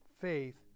faith